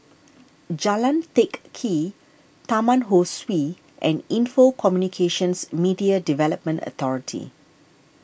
Jalan Teck Kee Taman Ho Swee and Info Communications Media Development Authority